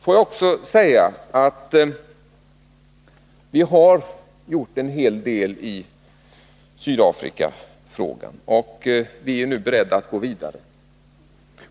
Får jag också säga att vi har gjort en hel del i Sydafrikafrågan och att vi nu är beredda att gå vidare.